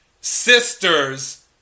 sisters